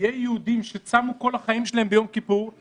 יהיו יהודים שצמו כל חייהם ביום כיפור